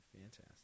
fantastic